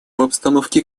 обстановке